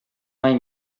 mai